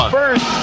first